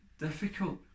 difficult